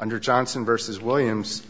under johnson versus williams